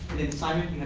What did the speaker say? and simon,